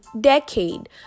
decade